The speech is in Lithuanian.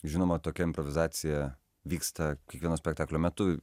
žinoma tokia improvizacija vyksta kiekvieno spektaklio metu